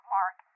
Mark